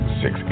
six